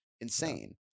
insane